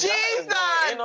Jesus